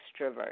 extrovert